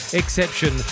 exception